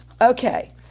Okay